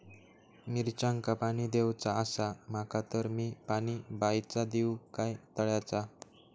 मिरचांका पाणी दिवचा आसा माका तर मी पाणी बायचा दिव काय तळ्याचा?